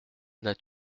n’as